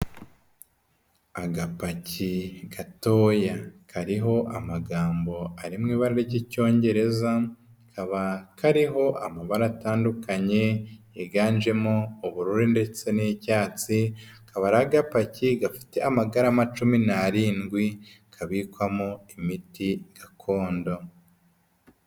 Agapaki gatoya kariho amagambo ari mu ibara ry'icyongereza kakaba kariho amabara atandukanye yiganjemo ubururu ndetse n'icyatsi, kaba ari agapaki gafite amagarama cumi n'arindwi kabikwamo imiti gakondo.